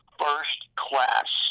first-class